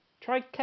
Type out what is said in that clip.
Try